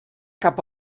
cap